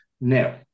Now